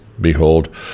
behold